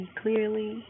clearly